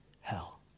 hell